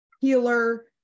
healer